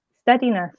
steadiness